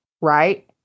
right